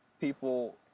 people